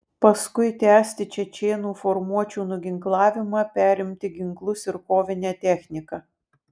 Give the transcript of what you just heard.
paskui tęsti čečėnų formuočių nuginklavimą perimti ginklus ir kovinę techniką